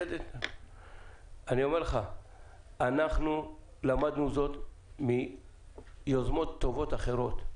אנחנו למדנו זאת מיוזמות טובות אחרות,